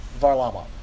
Varlamov